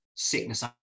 sickness